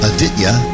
Aditya